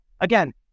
again